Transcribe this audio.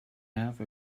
have